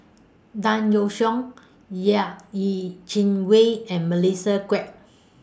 Tan Yeok Seong Yeh Chi Wei and Melissa Kwee